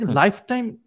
lifetime